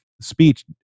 speech